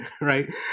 right